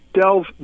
delve